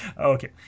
Okay